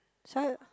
sia